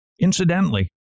incidentally